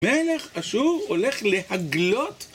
מלך אשור הולך להגלות?